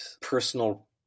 personal